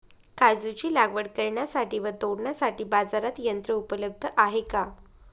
काजूची लागवड करण्यासाठी व तोडण्यासाठी बाजारात यंत्र उपलब्ध आहे का?